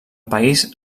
país